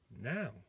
Now